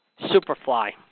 Superfly